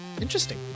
interesting